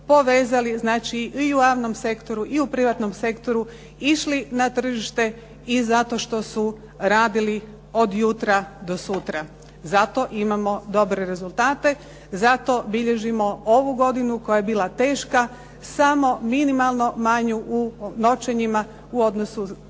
znači i u javnom sektoru i u privatnom sektoru, išli na tržište i zato što su radili od jutra do sutra. Zato imamo dobre rezultate, zato bilježimo ovu godinu koja je bila teška samo minimalno manju u noćenjima u odnosu,